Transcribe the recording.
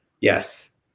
Yes